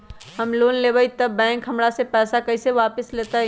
हम लोन लेलेबाई तब बैंक हमरा से पैसा कइसे वापिस लेतई?